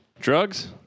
Drugs